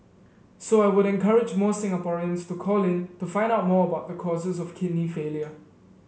so I would encourage more Singaporeans to call in to find out more about the causes of kidney failure